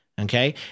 Okay